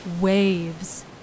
Waves